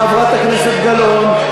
חברת הכנסת גלאון,